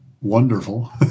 wonderful